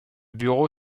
bureau